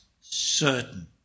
certain